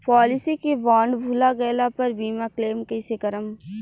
Policy के bond भुला गैला पर बीमा क्लेम कईसे करम?